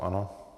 Ano.